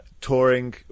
touring